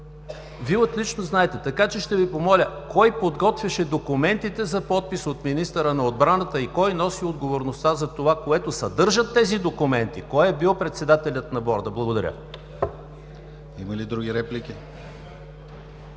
Вие отлично знаете, така че ще Ви помоля: кой подготвяше документите за подпис от министъра на отбраната и кой носи отговорността за това, което съдържат тези документи? Кой е бил председателят на Борда? Благодаря. ПРЕДСЕДАТЕЛ ДИМИТЪР